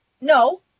No